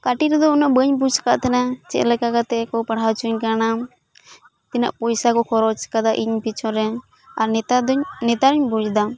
ᱠᱟᱴᱤᱡ ᱨᱮᱫᱚ ᱩᱱᱟᱹᱜ ᱵᱟᱹᱧ ᱵᱩᱡ ᱟᱠᱟᱫ ᱛᱟᱦᱮᱸᱱᱟ ᱪᱮᱫ ᱞᱮᱠᱟ ᱠᱟᱛᱮᱫ ᱠᱚ ᱯᱟᱲᱦᱟᱣ ᱚᱪᱚᱧ ᱠᱟᱱᱟ ᱛᱤᱱᱟᱹᱜ ᱯᱚᱭᱥᱟ ᱠᱚ ᱠᱷᱚᱨᱚᱪ ᱟᱠᱟᱫᱟ ᱤᱧ ᱯᱤᱪᱷᱚᱱ ᱨᱮ ᱟᱨ ᱱᱮᱛᱟᱨ ᱫᱤᱧ ᱱᱮᱛᱟᱨ ᱤᱧ ᱵᱩᱡ ᱮᱫᱟ